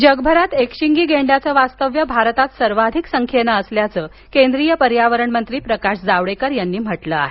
जावडेकर जगभरात एकशिंगी गेंड्यांच वास्तव्य भारतात सर्वाधिक संख्येन असल्याच केंद्रीय पर्यावरण मंत्री प्रकाश जावडेकर यांनी म्हटल आहे